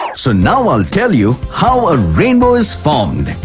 so now i will tell you how a rainbow is formed.